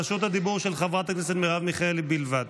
רשות הדיבור של חברת הכנסת מרב מיכאלי בלבד.